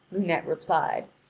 lunete replied,